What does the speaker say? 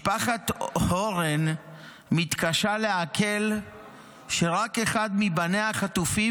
משפחת הורן מתקשה לעכל שרק אחד מבניה החטופים